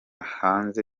hanze